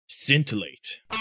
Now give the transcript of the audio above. Scintillate